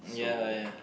ya ya